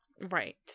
Right